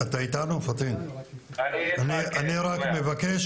אני מבקש